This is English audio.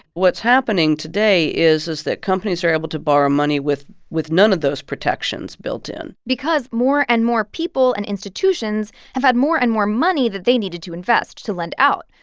what's happening today is is that companies are able to borrow money with with none of those protections built in because more and more people and institutions have had more and more money that they needed to invest to lend out.